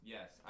Yes